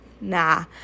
nah